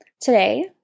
Today